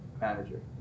manager